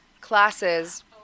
classes